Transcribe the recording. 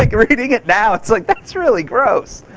like reading it now it's like, that's really gross.